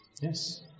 Yes